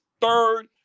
third